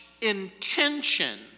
intention